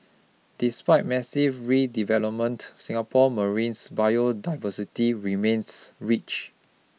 despite massive redevelopment Singapore marines biodiversity remains rich